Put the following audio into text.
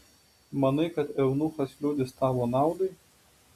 manai kad eunuchas liudys tavo naudai